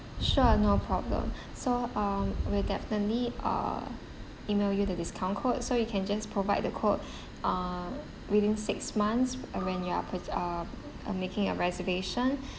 sure no problem so um we'll definitely uh email you the discount code so you can just provide the code uh within six months um when you are purc~ uh uh making a reservation